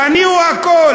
אני הוא הכול.